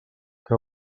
que